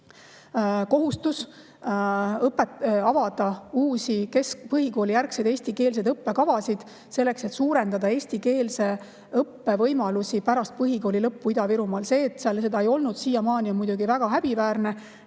kohustus avada uusi põhikoolijärgseid eestikeelseid õppekavasid, selleks et suurendada eestikeelse õppe võimalusi pärast põhikooli lõppu Ida-Virumaal. See, et seda seal siiamaani pole olnud, on muidugi väga häbiväärne.